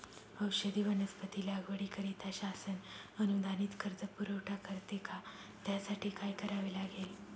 औषधी वनस्पती लागवडीकरिता शासन अनुदानित कर्ज पुरवठा करते का? त्यासाठी काय करावे लागेल?